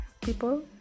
people